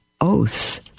oaths